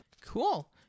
Cool